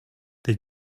they